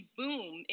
boom